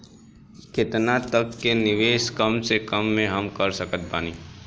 केतना तक के निवेश कम से कम मे हम कर सकत बानी?